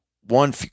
One